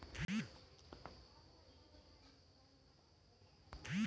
crypto currency के digital currency भी कहल जा सकला